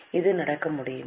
இது நடக்க முடியுமா